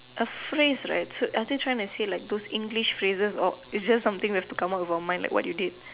a phrase right so are they trying to say like those English phrases or it's just something you have to come out from your mind like what you did